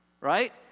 right